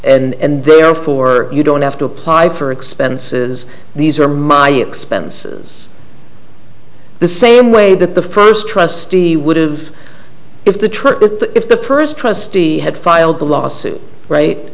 and therefore you don't have to apply for expenses these are my expenses the same way that the first trustee would've if the trip but if the first trustee had filed the lawsuit right